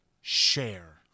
Share